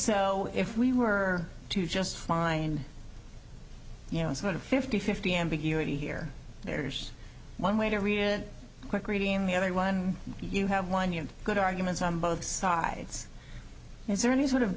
so if we were to just fine you know it's not a fifty fifty ambiguity here there's one way to read it quick reading the other one you have whiny and good arguments on both sides is there any sort of